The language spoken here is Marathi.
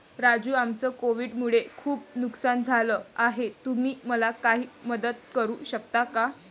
राजू आमचं कोविड मुळे खूप नुकसान झालं आहे तुम्ही मला काही मदत करू शकता का?